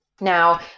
Now